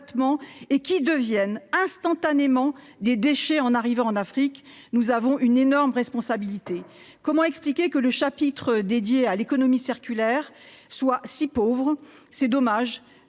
et deviennent instantanément, en arrivant en Afrique, des déchets. Nous avons une énorme responsabilité. Comment expliquer que le chapitre dédié à l'économie circulaire soit si pauvre ? C'est dommage